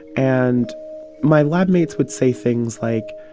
and my lab mates would say things like,